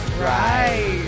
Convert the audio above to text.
Right